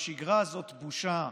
בשגרה זאת בושה,